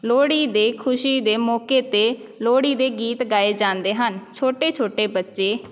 ਲੋਹੜੀ ਦੇ ਖੁਸ਼ੀ ਦੇ ਮੌਕੇ 'ਤੇ ਲੋਹੜੀ ਦੇ ਗੀਤ ਗਾਏ ਜਾਂਦੇ ਹਨ ਛੋਟੇ ਛੋਟੇ ਬੱਚੇ